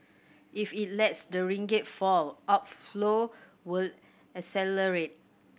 if it lets the ringgit fall outflow will